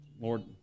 Lord